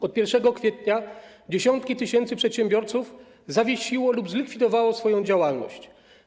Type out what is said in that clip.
Od 1 kwietnia dziesiątki tysięcy przedsiębiorców zawiesiło lub zlikwidowało swoją działalność.